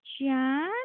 john